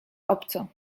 obco